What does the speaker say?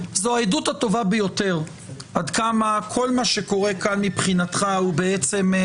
זאת העדות הטובה ביותר עד כמה כל מה שקורה כאן מבחינתך הוא הצגה.